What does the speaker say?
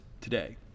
today